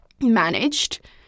managed